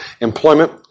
employment